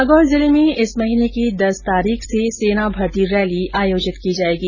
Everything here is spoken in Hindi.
नागौर जिले में इस महीने की दस तारीख से सेना भर्ती रैली आयोजित की जायेगी